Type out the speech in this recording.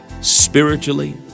Spiritually